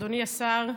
אדוני השר,